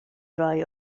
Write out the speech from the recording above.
rai